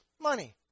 money